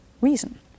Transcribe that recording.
reason